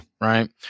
Right